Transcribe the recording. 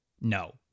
no